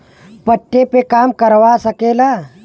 पट्टे पे काम करवा सकेला